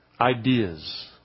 Ideas